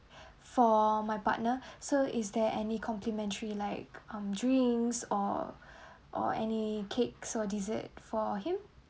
for my partner so is there any complimentary like um drinks or or any cakes or dessert for him